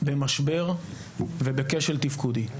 במשבר ובכשל תפקודי.